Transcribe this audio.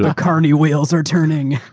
ah carny wheels are turning.